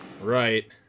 Right